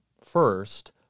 First